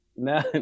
No